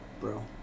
bro